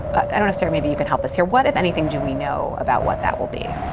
and and sarah, maybe you can help us here. what if anything, do we know about what that will be?